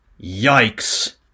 Yikes